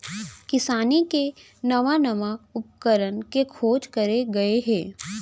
किसानी के नवा नवा उपकरन के खोज करे गए हे